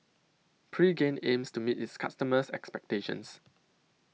Pregain aims to meet its customers' expectations